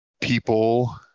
people